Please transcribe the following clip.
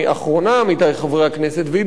והיא ביקורת מאוד מאוד רצינית,